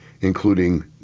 including